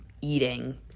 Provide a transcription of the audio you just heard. eating